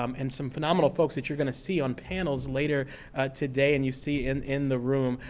um and some phenomenal folks that you're going to see on panels later today and you see in in the room.